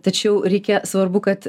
tačiau reikia svarbu kad